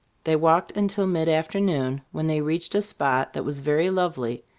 they walked until mid-afternoon, when they reached a spot that was very lovely,